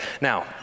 Now